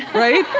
right?